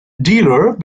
dealer